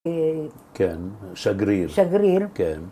‫כן, שגריר. ‫-שגריר. ‫-כן.